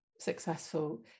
successful